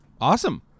Awesome